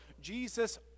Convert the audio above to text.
Jesus